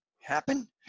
happen